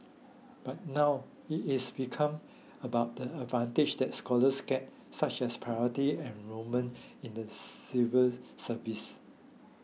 but now it is become about the advantages that scholars get such as priority enrolment in the civil service